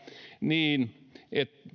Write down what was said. niin että